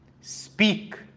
speak